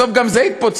בסוף גם זה יתפוצץ.